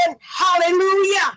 hallelujah